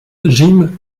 jim